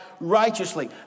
righteously